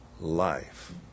life